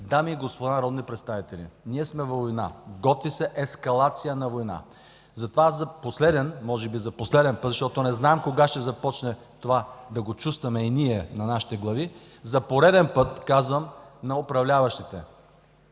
Дами и господа народни представители, ние сме във война, готви се ескалация на война. Затова за последен, може би за последен път, защото не знам кога ще започнем това да го чувстваме и ние на нашите глави, за пореден път казвам на управляващите: